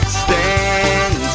stand